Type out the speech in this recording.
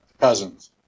cousins